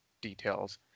details